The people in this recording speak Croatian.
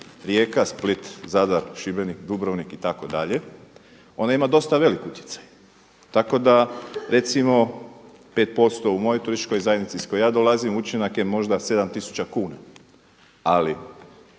Rijeka, Split, Zadar, Šibenik, Dubrovnik itd., ona ima dosta velik utjecaj. Tako da recimo 5 posto u mojoj turističkoj zajednici iz koje ja dolazim učinak je možda 7 tisuća kuna. Ali